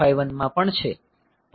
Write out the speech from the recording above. પછી આપણને ES0 મળ્યો